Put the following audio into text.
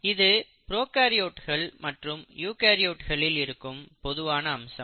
இது ப்ரோகாரியோட்கள் மற்றும் யூகரியோட்களில் இருக்கும் பொதுவான அம்சம்